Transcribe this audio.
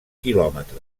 quilòmetre